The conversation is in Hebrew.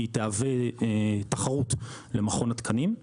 כי היא תהווה תחרות למכון התקנים.